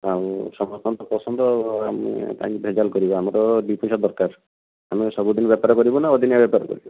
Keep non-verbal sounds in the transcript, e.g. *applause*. ଆଉ ସମସ୍ତଙ୍କ ପସନ୍ଦ ଆଉ *unintelligible* କାହିଁ ଭେଜାଲ କରିବି ଆମର ଦୁଇ ପଇସା ଦରକାର ଆମେ ସବୁ ଦିନ ବେପାର କରିବୁ ନା ଅଦିନିଆ ବେପାର କରିବୁ